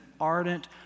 ardent